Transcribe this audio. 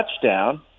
touchdown